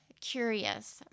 curious